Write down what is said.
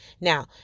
Now